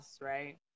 right